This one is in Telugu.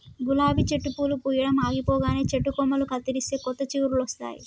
గులాబీ చెట్టు పూలు పూయడం ఆగిపోగానే చెట్టు కొమ్మలు కత్తిరిస్తే కొత్త చిగురులొస్తాయి